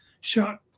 Shot